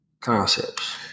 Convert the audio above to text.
concepts